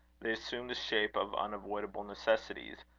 they assume the shape of unavoidable necessities,